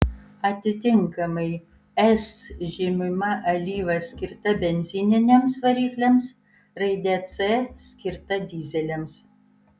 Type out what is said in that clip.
atitinkamai s žymima alyva skirta benzininiams varikliams raide c skirta dyzeliams